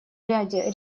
ряде